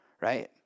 right